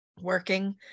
working